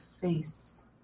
face